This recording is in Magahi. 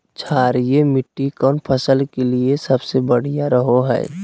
क्षारीय मिट्टी कौन फसल के लिए सबसे बढ़िया रहो हय?